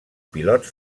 pilots